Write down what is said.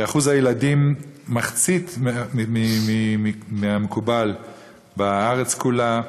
ואחוז הילדים, מחצית מהמקובל בארץ כולה,